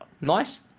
Nice